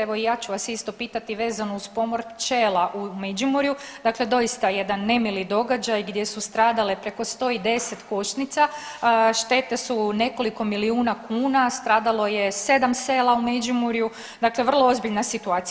Evo i ja ću vas isto pitati vezano uz pomor pčela u Međimurju, dakle doista jedan nemili događaj gdje su stradale preko 110 košnica, štete su nekoliko milijuna kuna, stradalo je sedam sela u Međimurju, dakle vrlo ozbiljna situacija.